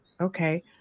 okay